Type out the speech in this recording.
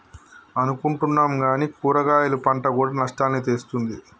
అనుకుంటున్నాం కానీ కూరగాయలు పంట కూడా నష్టాల్ని తెస్తుంది